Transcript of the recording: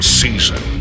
season